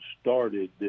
started